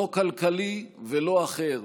לא כלכלי ולא אחר,